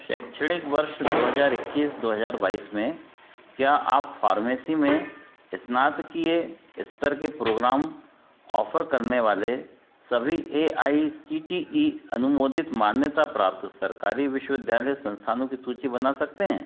शैक्षणिक वर्ष दो हजार इक्कीस दो हजार बाईस में क्या आप फार्मेसी में स्नातकीय स्तर के प्रोग्राम ऑफ़र करने वाले सभी A I C T E अनुमोदित मान्यता प्राप्त सरकारी विश्वविद्यालय संस्थानों की सूचि बना सकते हैं